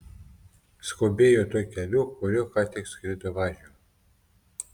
skubėjo tuo keliu kuriuo ką tik skrido važiu